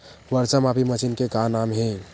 वर्षा मापी मशीन के का नाम हे?